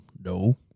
No